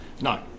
no